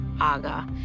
Aga